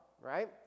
Right